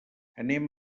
anem